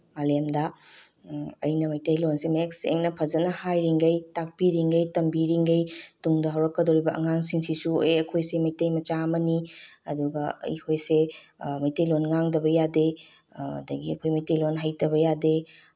ꯃꯥꯂꯦꯝꯗ ꯑꯩꯅ ꯃꯩꯇꯩꯂꯣꯟꯁꯤ ꯃꯌꯦꯛ ꯁꯦꯡꯅ ꯐꯖꯅ ꯍꯥꯏꯔꯤꯈꯩ ꯇꯥꯛꯄꯤꯔꯤꯈꯩ ꯇꯝꯕꯤꯔꯤꯈꯩ ꯇꯨꯡꯗ ꯍꯧꯔꯛꯀꯗꯧꯔꯤꯕ ꯑꯉꯥꯡꯁꯤꯡꯁꯤꯁꯨ ꯑꯦ ꯑꯩꯈꯣꯏꯁꯦ ꯃꯩꯇꯩ ꯃꯆꯥ ꯑꯃꯅꯤ ꯑꯗꯨꯒ ꯑꯩꯈꯣꯏꯁꯦ ꯃꯩꯇꯩꯂꯣꯟ ꯉꯥꯡꯗꯕ ꯌꯥꯗꯦ ꯑꯗꯒꯤ ꯑꯩꯈꯣꯏ ꯃꯩꯇꯩꯂꯣꯟ ꯍꯩꯇꯕ ꯌꯥꯗꯦ